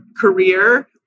career